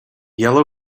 yellow